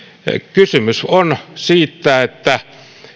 kysymys on siitä että